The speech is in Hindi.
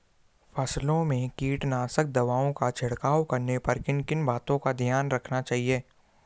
फसलों में कीटनाशक दवाओं का छिड़काव करने पर किन किन बातों को ध्यान में रखना चाहिए?